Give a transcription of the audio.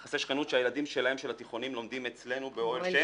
יחסי שכנות שהילדים שלהם של התיכונים לומדים אצלנו ב'אהל שם',